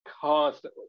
Constantly